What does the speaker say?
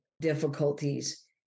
difficulties